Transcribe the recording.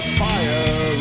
fire